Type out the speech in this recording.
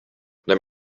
their